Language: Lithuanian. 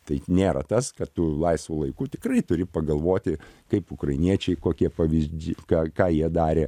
tai nėra tas kad tu laisvu laiku tikrai turi pagalvoti kaip ukrainiečiai kokie pavyzdžiai ką ką jie darė